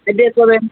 Adidas হবে